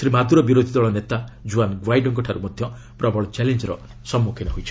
Shri Maduro ବିରୋଧୀ ଦଳ ନେତା ଜୁଆନ୍ ଗ୍ୱାଇଡୋଙ୍କଠାରୁ ମଧ୍ୟ ପ୍ରବଳ ଚ୍ୟାଲେଞ୍ଜର ସମ୍ମୁଖୀନ ହୋଇଛନ୍ତି